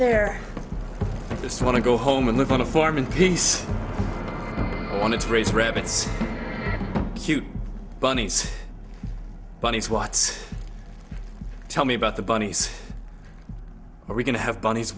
they're just want to go home and live on a farm in peace want to raise rabbits cute bunnies bunnies what's tell me about the bunnies are we going to have bunnies